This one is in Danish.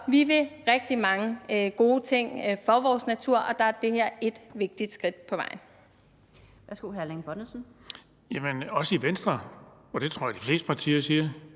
vi vil rigtig mange gode ting for vores natur, og der er det her et vigtigt skridt på vejen.